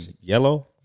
yellow